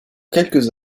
quelques